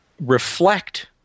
reflect